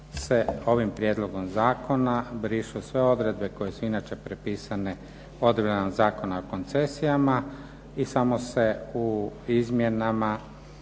se ovim prijedlogom zakona brišu sve odredbe koje su inače propisane odredbama Zakona o koncesijama i samo se u izmjenama